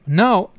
now